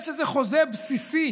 יש איזה חוזה בסיסי